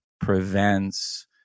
prevents